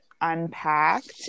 unpacked